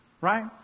right